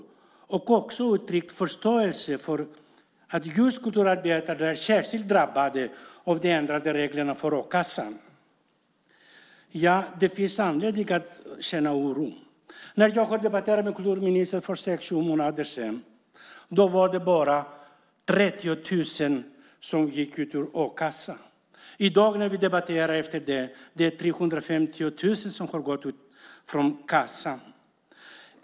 Hon har också uttryckt förståelse för att just kulturarbetarna är särskilt drabbade av de ändrade reglerna för a-kassan. Ja, det finns anledning att känna oro. När jag debatterade med kulturministern för sex sju månader sedan var det bara 30 000 som hade gått ur a-kassan. I dag när vi debatterar är det 350 000 som har gått ur kassan.